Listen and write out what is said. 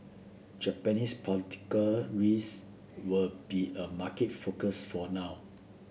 Japanese political risk will be a market focus for now